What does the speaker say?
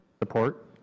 support